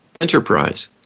enterprise